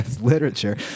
literature